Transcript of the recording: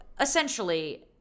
essentially